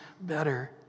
better